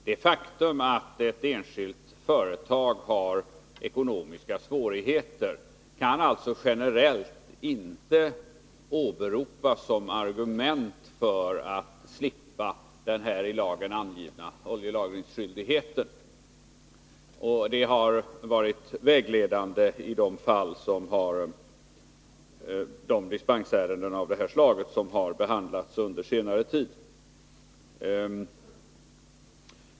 Det faktum att ett enskilt företag har ekonomiska svårigheter kan alltså inte generellt åberopas som argument för att slippa den i lagen angivna oljelagringsskyldigheten. Detta har varit vägledande i de dispensärenden av det här slaget som behandlats under senare tid.